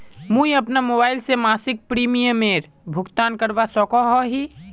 मुई अपना मोबाईल से मासिक प्रीमियमेर भुगतान करवा सकोहो ही?